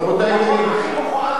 רבותי,